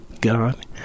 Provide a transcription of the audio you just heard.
God